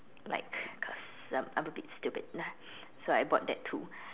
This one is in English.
like cause I'm a bit stupid so I bought that too